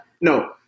No